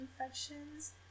infections